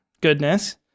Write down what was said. goodness